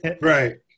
Right